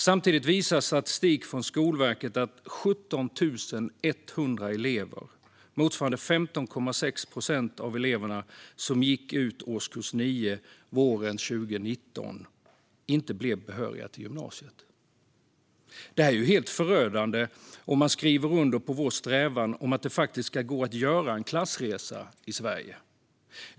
Samtidigt visar statistik från Skolverket att 17 100 elever, motsvarande 15,6 procent av de elever som gick ut årskurs 9 våren 2019, inte blev behöriga till gymnasiet. Detta är ju helt förödande om man skriver under på vår strävan att det ska gå att göra en klassresa i Sverige.